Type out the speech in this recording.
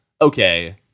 okay